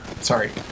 Sorry